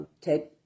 take